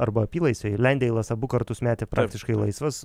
arba apylaisviai lendeilas abu kartus metė praktiškai laisvas